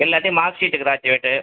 இல்லாட்டி marksheet graduate